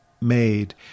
made